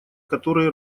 который